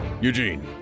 Eugene